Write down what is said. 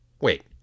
Wait